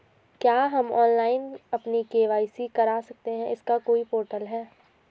क्या हम ऑनलाइन अपनी के.वाई.सी करा सकते हैं इसका कोई पोर्टल है?